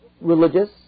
religious